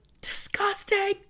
Disgusting